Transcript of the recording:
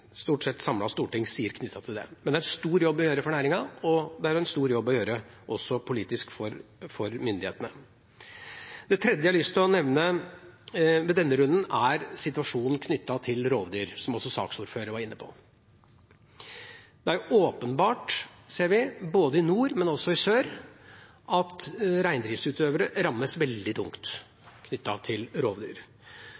stort sett samlet storting sier om det. Men det er en stor jobb å gjøre for næringen og også en stor jobb politisk for myndighetene. Det tredje jeg har lyst til å nevne i denne runden, er situasjonen med rovdyr, som også saksordføreren var inne på. Det er åpenbart, ser vi, i både nord og sør, at reindriftsutøvere rammes veldig tungt